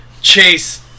chase